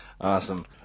awesome